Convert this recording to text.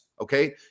Okay